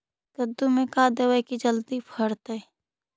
कददु मे का देबै की जल्दी फरतै?